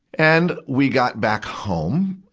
and we got back home,